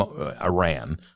Iran